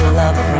love